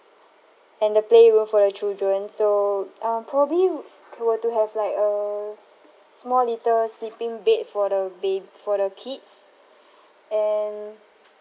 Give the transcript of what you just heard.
and the playroom for the children so um probably wou~ were to have like a s~ small little sleeping bed for the bab~ for the kids and